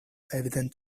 evident